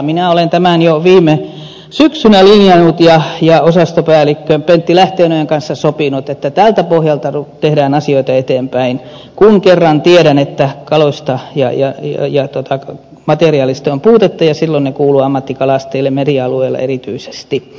minä olen tämän jo viime syksynä linjannut ja osastopäällikkö pentti lähteenojan kanssa sopinut että tältä pohjalta tehdään asioita eteenpäin kun kerran tiedän että kaloista ja materiaalista on puutetta ja silloin ne kuuluvat ammattikalastajille merialueilla erityisesti